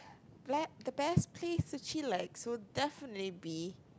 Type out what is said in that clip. the best place to chillax would definitely be